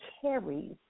carries